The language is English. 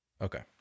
Okay